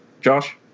Josh